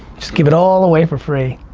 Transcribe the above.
just give it all away for free,